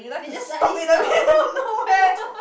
they just suddenly stop